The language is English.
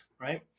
right